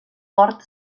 port